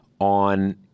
on